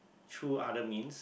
through other means